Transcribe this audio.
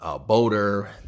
boater